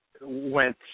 went